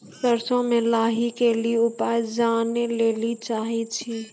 सरसों मे लाही के ली उपाय जाने लैली चाहे छी?